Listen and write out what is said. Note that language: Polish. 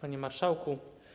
Panie Marszałku!